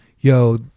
Yo